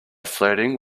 flirting